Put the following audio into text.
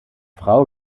frau